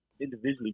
individually